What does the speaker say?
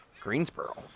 Greensboro